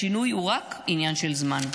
השינוי הוא רק עניין של זמן.